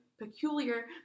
peculiar